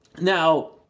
Now